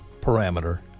parameter